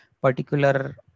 particular